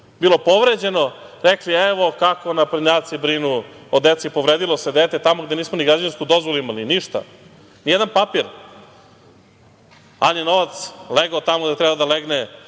bilo tu povređeno, rekli - evo kako naprednjaci brinu deci, povredilo se dete tamo gde nismo ni građansku dozvolu imali, ništa, ni jedan papir, ali je novac legao tamo gde treba da legne